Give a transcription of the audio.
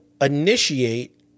initiate